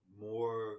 More